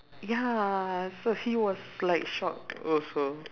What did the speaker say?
ya so he was like shocked also